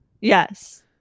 Yes